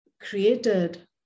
created